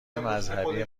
مذهبی